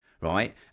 right